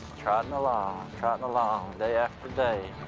trotting along, trotting along, day after day.